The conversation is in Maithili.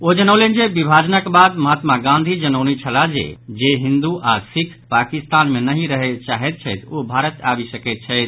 ओ जनौलनि जे विभाजनक बाद महात्मा गांधी जनौने छलाह जे जे हिन्दू आओर सिख पाकिस्तान मे नहि रहय चाहैत छथि ओ भारत आबि सकैंत छथि